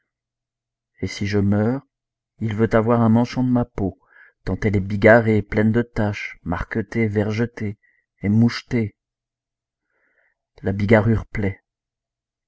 et si je meurs il veut avoir un manchon de ma peau tant elle est bigarrée pleine de taches marquetée et vergetée et mouchetée la bigarrure